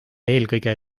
eelkõige